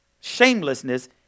shamelessness